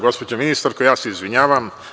Gospođo ministarko, ja se izvinjavam.